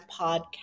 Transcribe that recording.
podcast